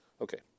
Okay